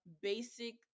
basic